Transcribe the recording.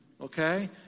okay